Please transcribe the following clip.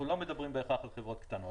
אנחנו לא מדברים בהכרח על חברות קטנות.